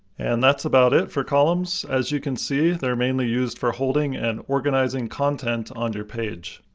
and that's about it for columns, as you can see, they're mainly used for holding and organizing content on your page.